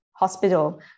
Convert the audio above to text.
hospital